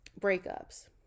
breakups